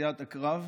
פציעת הקרב,